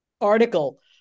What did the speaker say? article